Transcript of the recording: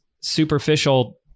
superficial